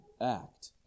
act